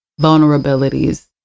vulnerabilities